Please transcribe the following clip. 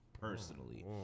personally